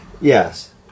Yes